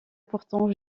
pourtant